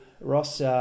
Ross